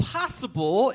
possible